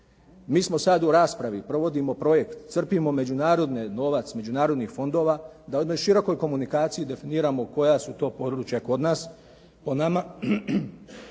Mi smo sad u raspravi. Provodimo projekt. Crpimo međunarodni novac, novac međunarodnih fondova, da u jednoj širokoj komunikaciji definiramo koja su to područja kod nas o nama.